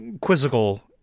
quizzical